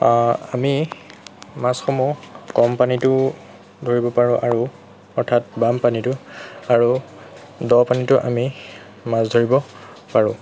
আমি মাছসমূহ কম পানীতো ধৰিব পাৰোঁ আৰু অৰ্থাৎ বাম পানীতো আৰু দ পানীতো আমি মাছ ধৰিব পাৰোঁ